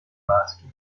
maschi